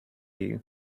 you